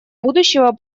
будущего